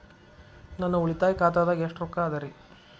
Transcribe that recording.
ನನ್ನ ಉಳಿತಾಯ ಖಾತಾದಾಗ ಎಷ್ಟ ರೊಕ್ಕ ಅದ ರೇ?